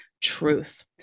truth